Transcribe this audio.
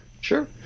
Sure